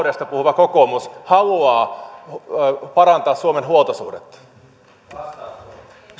taloudesta puhuva kokoomus haluaa parantaa suomen huoltosuhdetta arvoisa